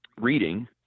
reading